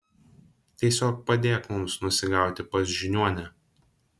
tiesiog padėk mums nusigauti pas žiniuonę